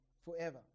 forever